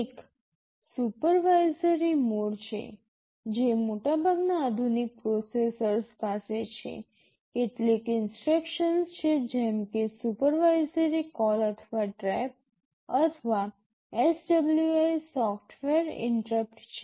એક supervisory mode છે જે મોટાભાગના આધુનિક પ્રોસેસર્સ પાસે છે કેટલીક ઇન્સટ્રક્શન્સ છે જેમ કે સુપરવાઇઝરી કોલ અથવા ટ્રેપ અથવા SWI સોફ્ટવેર ઇન્ટરપ્ટ છે